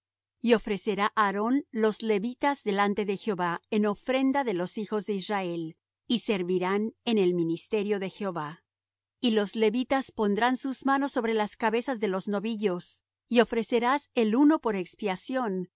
y ofrecerá aarón los levitas delante de jehová en ofrenda de los hijos de israel y servirán en el ministerio de jehová y los levitas pondrán sus manos sobre las cabezas de los novillos y ofrecerás el uno por expiación